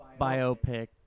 biopic